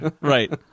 right